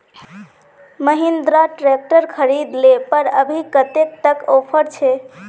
Mahindra tractor खरीद ले पर अभी कतेक तक ऑफर छे?